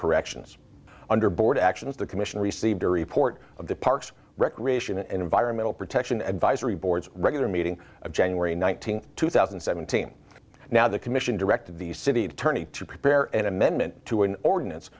corrections under board actions the commission received a report of the parks recreation and environmental protection advisory boards regular meeting of january nineteenth two thousand and seventeen now the commission directed the city attorney to prepare an amendment to an ordinance